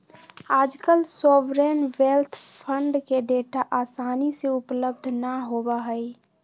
आजकल sovereign wealth fund के data आसानी से उपलब्ध ना होबा हई